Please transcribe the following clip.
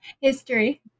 History